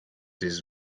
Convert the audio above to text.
his